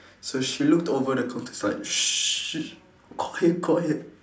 so she looked over the counter she's like quiet quiet